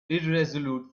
irresolute